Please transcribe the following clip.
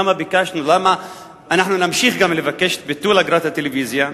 למה ביקשנו ולמה אנחנו נמשיך גם לבקש את ביטול אגרת הטלוויזיה?